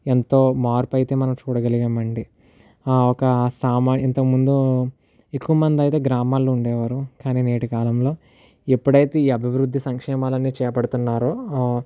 ఎంతో మార్పు అయితే మనం చూడగలిగామండి ఒక సామాజిక ఇంతకముందు ఎక్కువమందైతే గ్రామాల్లో ఉండేవారు కానీ నేటి కాలంలో ఎప్పుడైతే ఈ అభివృద్ధి సంక్షేమాలనేవి చేపడుతున్నారో